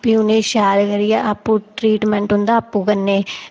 फ्ही उ'नेगी शैल करियै आपूं ट्रीटमैंट उ'दा आपूं करने